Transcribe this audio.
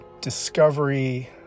Discovery